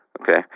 okay